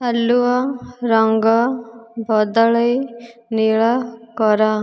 ଆଲୁଅ ରଙ୍ଗ ବଦଳେଇ ନୀଳ କର